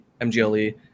MGLE